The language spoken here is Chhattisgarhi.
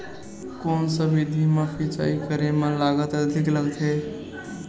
कोन सा विधि म सिंचाई करे म लागत अधिक लगथे?